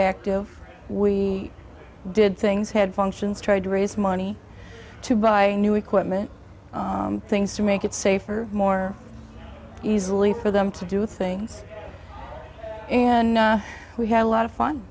active we did things head functions tried to raise money to buy new equipment things to make it safer more easily for them to do things and we had a lot of fun